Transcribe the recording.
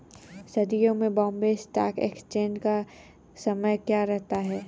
सर्दियों में Bombay stock exchange का समय क्या रहता है?